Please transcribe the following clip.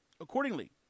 accordingly